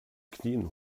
knien